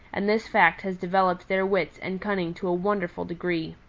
and this fact has developed their wits and cunning to a wonderful degree.